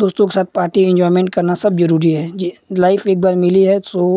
दोस्तों के साथ पार्टी इन्जॉयमेंट करना सब जरूरी है ये लाइफ़ एक बार मिली है सो